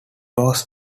was